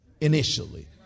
initially